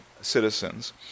citizens